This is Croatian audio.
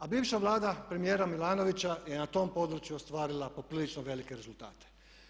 A bivša Vlada premijera Milanovića je na tom području ostvarila poprilično velike rezultate.